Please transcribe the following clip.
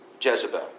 Jezebel